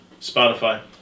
Spotify